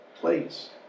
place